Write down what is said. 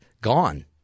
gone